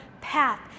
path